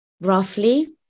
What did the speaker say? roughly